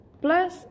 Plus